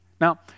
Now